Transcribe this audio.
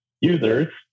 users